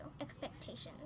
expectations